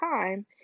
time